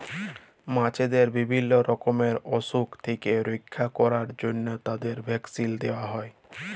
মাছদের বিভিল্য রকমের অসুখ থেক্যে রক্ষা ক্যরার জন্হে তাদের ভ্যাকসিল দেয়া হ্যয়ে